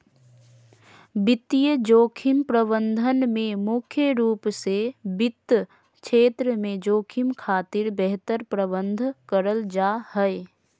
वित्तीय जोखिम प्रबंधन में मुख्य रूप से वित्त क्षेत्र में जोखिम खातिर बेहतर प्रबंध करल जा हय